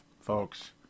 folks